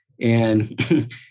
And-